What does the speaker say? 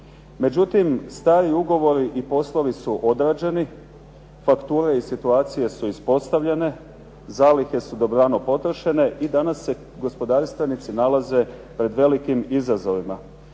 Međutim, stari ugovori i poslovi su odrađeni, fakture i situacije su ispostavljene, zalihe su dobrano potrošene i danas se gospodarstvenici nalaze pred velikim izazovima.